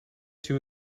too